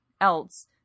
else